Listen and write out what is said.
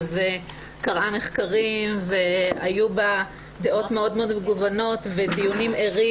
וקראה מחקרים והיו בה דעות מאוד מאוד מגוונות ודיונים ערים,